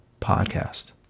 podcast